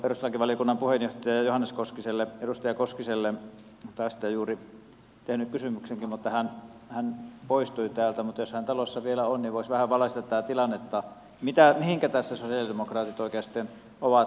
olisin perustuslakivaliokunnan puheenjohtaja johannes koskiselle edustaja koskiselle tästä juuri tehnyt kysymyksenkin mutta hän poistui täältä mutta jos hän talossa vielä on niin voisi vähän valaista tätä tilannetta mihinkä tässä sosialidemokraatit oikeastaan sitten ovat pyrkimässä